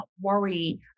worry